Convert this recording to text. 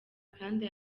kandi